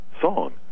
song